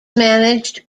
managed